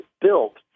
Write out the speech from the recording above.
built